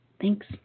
Thanks